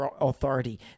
Authority